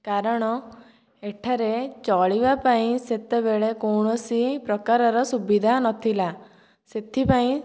କାରଣ ଏଠାରେ ଚଳିବା ପାଇଁ ସେତେବେଳେ କୌଣସି ପ୍ରକାରର ସୁବିଧା ନଥିଲା ସେଥିପାଇଁ